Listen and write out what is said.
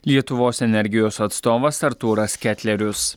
lietuvos energijos atstovas artūras ketlerius